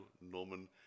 Norman